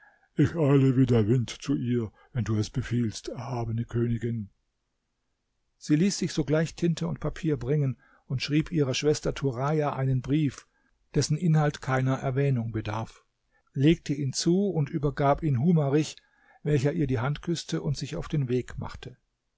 der wind zu ihr wenn du es befiehlst erhabene königin sie ließ sich sogleich tinte und papier bringen und schrieb ihrer schwester turaja einen brief dessen inhalt keiner erwähnung bedarf legte ihn zu und übergab ihn humarich welcher ihr die hand küßte und sich auf den weg machte